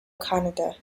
canada